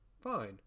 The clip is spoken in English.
Fine